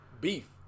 beef